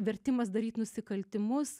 vertimas daryti nusikaltimus